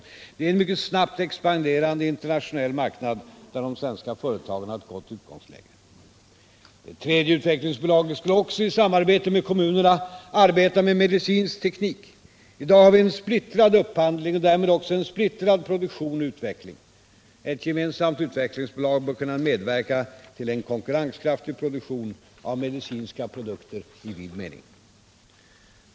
Detta är en mycket snabbt expanderande internationell marknad där de svenska företagen har ett gott utgångsläge. Det tredje utvecklingsbolaget skall, också det i samarbete med kommunerna, arbeta med medicinsk teknik. I dag har vi en splittrad upphandling och därmed också en splittrad produktion och utveckling. Ett gemensamt utvecklingsbolag bör kunna medverka till en konkurrenskraftig produktion av medicinska produkter i vid mening.